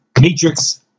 Matrix